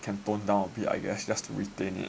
can tone down a bit I guess just to retain it